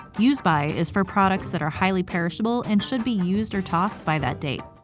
use by is for products that are highly perishable and should be used or tossed by that date.